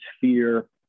fear